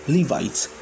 Levites